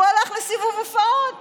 הוא הולך לסיבוב הופעות